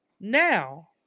Now